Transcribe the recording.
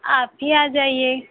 आप ही आ जाइए